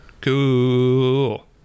Cool